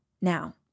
Now